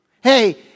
Hey